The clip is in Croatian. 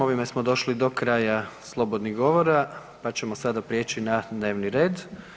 Ovime smo došli do kraja slobodnih govora, pa ćemo sada prijeći na dnevni red.